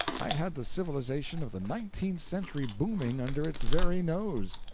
i had the civilization of the nineteenth century booming under its very nose!